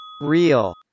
Real